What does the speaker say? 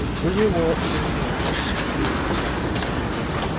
will you walk through the house said mr haredale,